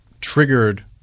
triggered